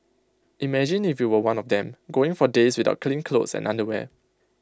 imagine if you were one of them going for days without clean clothes and underwear